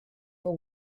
for